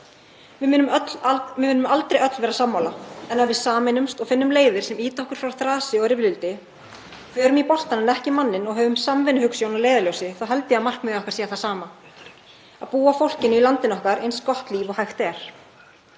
Við munum aldrei öll vera sammála en ef við sameinumst og finnum leiðir sem ýta okkur frá þrasi og rifrildi, förum í boltann en ekki manninn og höfum samvinnuhugsjón að leiðarljósi held ég að markmiðið okkar sé það sama, að búa fólkinu í landinu okkar eins gott líf og hægt er.